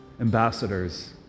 ambassadors